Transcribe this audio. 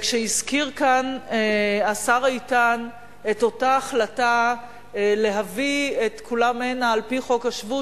כשהזכיר כאן השר איתן את אותה החלטה להביא את כולם הנה על-פי חוק השבות,